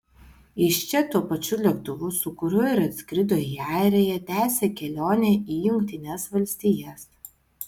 iš čia tuo pačiu lėktuvu su kuriuo ir atskrido į airiją tęsia kelionę į jungtines valstijas